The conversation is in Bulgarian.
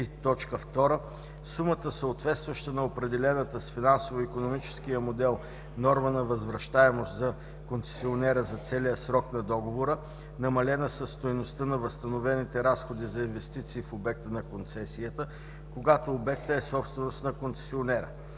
2. сумата, съответстваща на определената с финансово-икономическия модел норма на възвръщаемост за концесионера за целия срок на договора, намалена със стойността на възстановените разходи за инвестиции в обекта на концесията, когато обектът е собственост на концесионера.